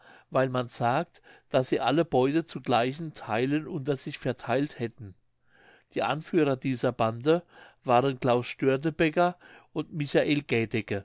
weil man sagt daß sie alle beute zu gleichen theilen unter sich vertheilt hätten die anführer dieser bande waren claus störtebeck und michael